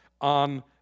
on